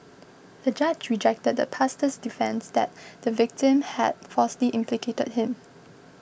the judge rejected the pastor's defence that the victim had falsely implicated him